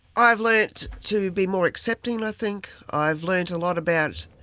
i've learnt to be more accepting i think, i've learnt a lot about,